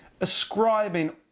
ascribing